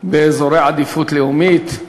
באזורי עדיפות לאומית,